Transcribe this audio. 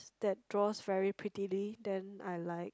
that draws very prettily then I like